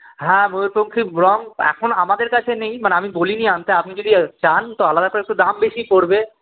হ্যাঁ ময়ূরপঙ্খী রঙ এখন আমাদের কাছে নেই মানে আমি বলিনি আনতে আপনি যদি চান তো আলাদা করে একটু দাম বেশি পরবে